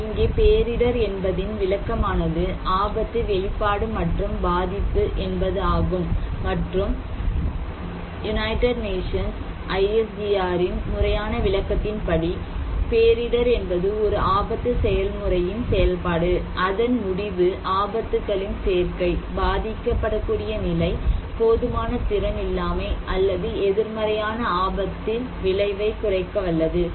ஆனால் இங்கே பேரிடர் என்பதின் விளக்கமானது ஆபத்து வெளிப்பாடு மற்றும் பாதிப்பு என்பது ஆகும் மற்றும் United Nations I S D ஆர்ரின் முறையான விளக்கத்தின்படி பேரிடர் என்பது ஒரு ஆபத்து செயல்முறையின் செயல்பாடு அதன் முடிவு ஆபத்துகளின் சேர்க்கை பாதிக்கப்படக்கூடிய நிலை போதுமான திறன் இல்லாமை அல்லது எதிர்மறையான ஆபத்தில் விளைவை குறைக்க வல்லது